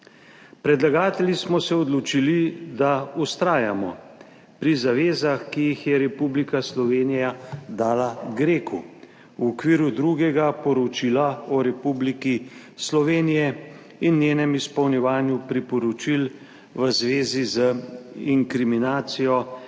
Predlagatelji smo se odločili, da vztrajamo pri zavezah, ki jih je Republika Slovenija dala GRECU v okviru drugega poročila o Republiki Slovenije in njenem izpolnjevanju priporočil v zvezi z inkriminacijo in